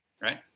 right